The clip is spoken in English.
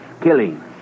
killing